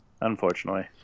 Unfortunately